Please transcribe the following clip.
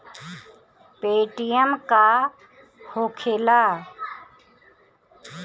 Paytm का होखेला?